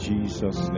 Jesus